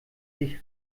sich